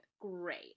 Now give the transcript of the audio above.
great